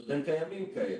אם אכן קיימים כאלה,